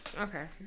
Okay